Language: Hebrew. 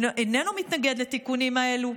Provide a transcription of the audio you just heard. איננו מתנגד לתיקונים אלו,